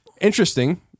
Interesting